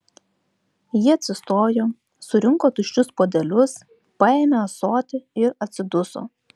ji atsistojo surinko tuščius puodelius paėmė ąsotį ir atsiduso